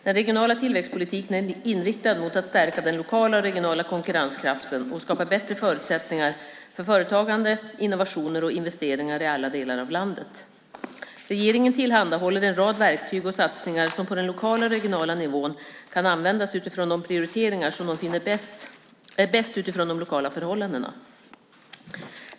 Den regionala tillväxtpolitiken är inriktad mot att stärka den lokala och regionala konkurrenskraften och skapa bättre förutsättningar för företagande, innovationer och investeringar i alla delar av landet. Regeringen tillhandahåller en rad verktyg och satsningar som den lokala och regionala nivån kan använda utifrån de prioriteringar som de finner är bäst utifrån de lokala förhållandena.